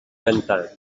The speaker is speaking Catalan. cantar